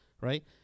right